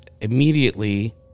immediately